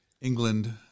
England